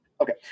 okay